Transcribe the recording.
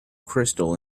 crystal